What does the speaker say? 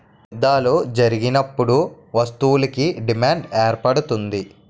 యుద్ధాలు జరిగినప్పుడు వస్తువులకు డిమాండ్ ఏర్పడుతుంది